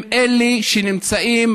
הם שנמצאים,